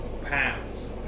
pounds